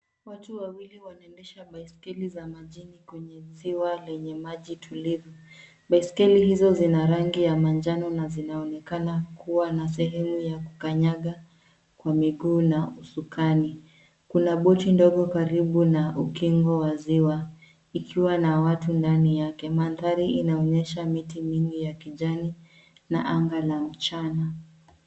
Watu wawili wanaendesha baiskeli za majini kwenye ziwa lenye maji tulivu. Baiskeli hizo zinarangi ya manjano na zinaonekana kuwa na sehemu ya kukanyaga kwa miguu na usukani. Kuna boti ndogo karibu na ukingo wa ziwa. Ikiwa na watu ndani yake manthari inaonyesha miti mingi ya kijani na anga la mchana.